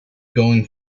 going